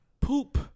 Poop